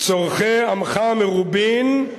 צורכי עמך מרובין,